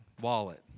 wallet